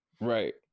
right